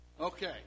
Okay